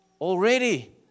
already